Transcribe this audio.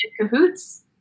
cahoots